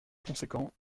conséquent